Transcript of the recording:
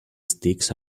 sticks